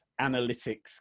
analytics